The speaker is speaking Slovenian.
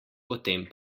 potem